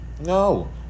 No